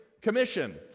commission